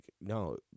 No